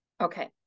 Okay